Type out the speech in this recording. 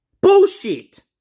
Bullshit